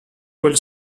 quel